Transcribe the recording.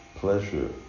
pleasure